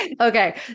Okay